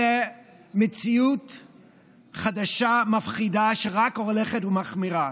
אלא מציאות חדשה, מפחידה, שרק הולכת ומחמירה.